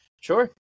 Sure